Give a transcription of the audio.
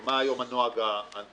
כי מה היום הנוהג השכיח